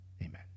Amen